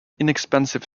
inexpensive